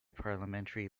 parliamentary